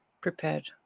prepared